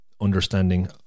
understanding